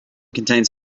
contains